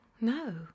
no